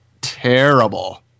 terrible